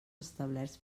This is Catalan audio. establerts